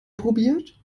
probiert